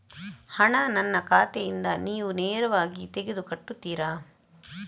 ಹಣ ನನ್ನ ಖಾತೆಯಿಂದ ನೀವು ನೇರವಾಗಿ ತೆಗೆದು ಕಟ್ಟುತ್ತೀರ?